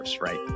right